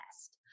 test